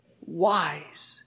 wise